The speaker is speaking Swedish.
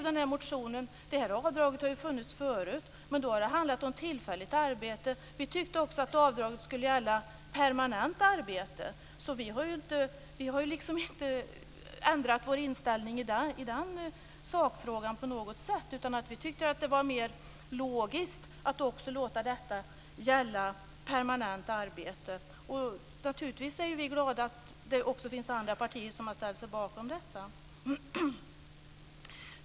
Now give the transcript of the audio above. Det här avdraget har ju funnits förut, men då har det handlat om tillfälligt arbete. Vi tyckte att avdraget också skulle gälla permanent arbete, så vi har inte ändrat vår inställning i sakfrågan på något sätt. Vi tyckte att det var mer logiskt att också låta det gälla permanenta arbeten. Naturligtvis är vi glada för att det också finns andra partier som har ställt sig bakom detta.